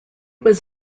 was